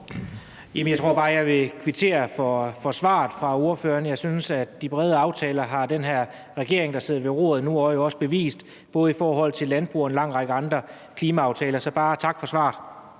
Jeg tror bare, jeg vil kvittere for svaret fra ordføreren. Jeg synes, at de brede aftaler har den her regering, der sidder ved roret nu, jo også bevist den kan indgå, både landbrugsaftaler og en lang række andre klimaaftaler. Så jeg vil bare sige tak for svaret.